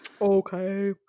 Okay